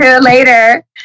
Later